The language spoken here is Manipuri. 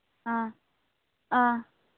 ꯑꯥ ꯑꯥ